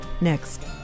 Next